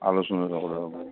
আলোচনা